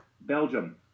Belgium